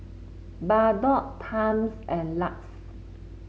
Bardot Times and Lux